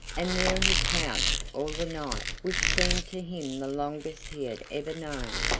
and there he crouched all the night which seemed to him the longest he had ever known.